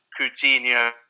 Coutinho